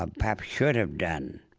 ah perhaps should have done,